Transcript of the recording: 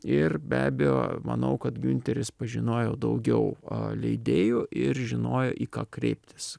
ir be abejo manau kad giunteris pažinojo daugiau leidėjų ir žinojo į ką kreiptis